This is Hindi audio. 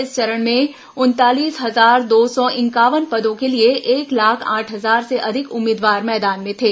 इस चरण में उनतालीस हजार दो सौ इंक्यावन पदों के लिए एक लाख आठ हजार से अधिक उम्मीदवार मैदान में थे